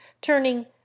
turning